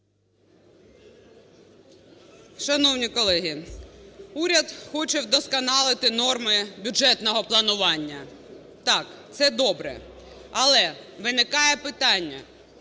Шановні колеги! Уряд хоче вдосконалити норми бюджетного планування. Так, це добре, але виникає питання,